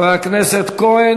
להכנתה לקריאה ראשונה לוועדת החינוך,